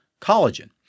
collagen